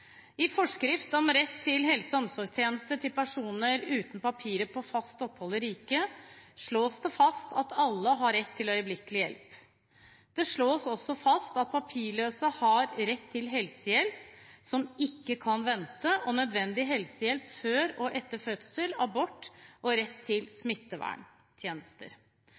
I forskrift om rett til helse- og omsorgstjenester til personer uten fast opphold i riket slås det fast at alle har rett til øyeblikkelig hjelp. Det slås også fast at papirløse har rett til helsehjelp som ikke kan vente, rett til nødvendig helsehjelp før og etter fødsel, rett til abort og rett til